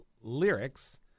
lyrics